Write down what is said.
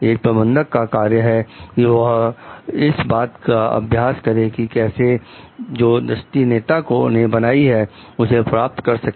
एक प्रबंधक का कार्य है कि वह इस बात का अभ्यास करें कि कैसे जो दृष्टि नेता ने बनाई है उसे प्राप्त कर सके